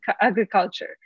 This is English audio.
agriculture